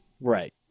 Right